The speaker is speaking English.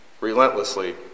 relentlessly